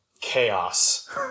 Chaos